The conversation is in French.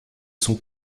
son